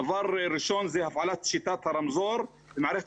דבר ראשון הוא הפעלת שיטת הרמזור במערכת